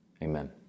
Amen